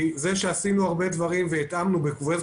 כי זה שעשינו את הדברים והתאמנו בקבועי